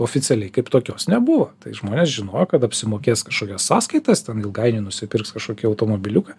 oficialiai kaip tokios nebuvo tai žmonės žinojo kad apsimokės kažkokias sąskaitas ten ilgai jie nusipirks kažkokį automobiliuką